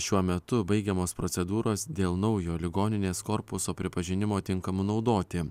šiuo metu baigiamos procedūros dėl naujo ligoninės korpuso pripažinimo tinkamu naudoti